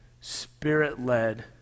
spirit-led